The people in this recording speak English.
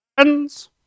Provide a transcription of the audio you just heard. Friends